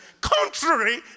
contrary